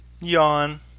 Yawn